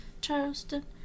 Charleston